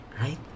right